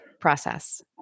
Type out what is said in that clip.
process